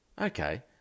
okay